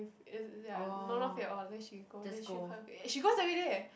is is ya not not fit at all then she go then she quite okay she goes everyday eh